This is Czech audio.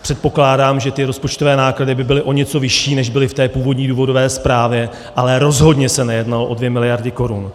Předpokládám, že rozpočtové náklady by byly o něco vyšší, než byly v původní důvodové zprávě, ale rozhodně se nejednalo o 2 mld. korun.